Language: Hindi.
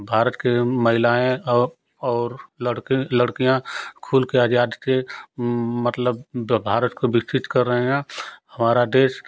भारत की महिलाएँ और और लड़के लड़कियाँ खुल के आज़ाद थे मतलब भारत को विकसित कर रहे हैं हमारा देश